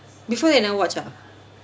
before that you never watch ah